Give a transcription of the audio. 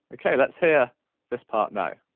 okay, let's hear this part now.